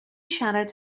siarad